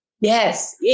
Yes